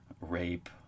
rape